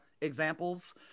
examples